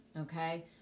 okay